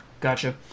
Gotcha